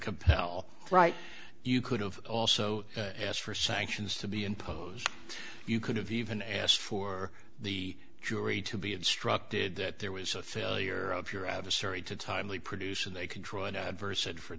compel right you could have also asked for sanctions to be imposed you could have even asked for the jury to be instructed that there was a failure of your adversary to timely produce and they could draw an adverse and for